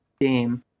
game